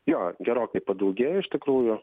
jo gerokai padaugėjo iš tikrųjų